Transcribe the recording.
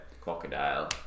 crocodile